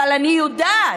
אבל אני יודעת,